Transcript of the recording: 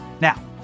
Now